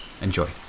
Enjoy